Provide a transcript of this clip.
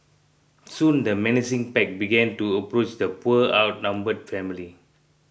soon the menacing pack began to approach the poor outnumbered family